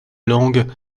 langues